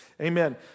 Amen